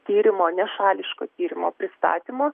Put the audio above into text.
tyrimo nešališko tyrimo pristatymo